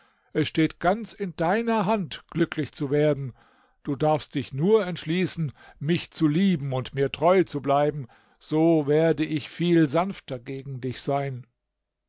es steht ganz in deiner hand glücklich zu werden du darfst dich nur entschließen mich zu lieben und mir treu zu bleiben so werde ich viel sanfter gegen dich sein